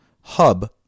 hub